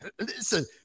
listen